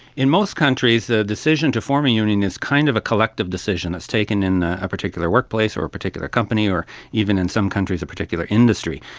in most countries, the decision to form a union is kind of a collective decision that's taken in a a particular workplace or a particular company or even in some countries a particular industry,